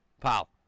pal